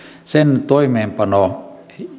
toimeenpano